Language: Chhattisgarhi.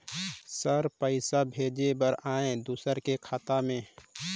सर पइसा भेजे बर आहाय दुसर के खाता मे?